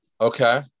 Okay